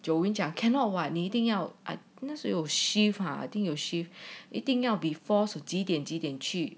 jolene 讲 cannot [what] 你一定要 I think 那时候有 shift I think 有 shift 一定要几点几点去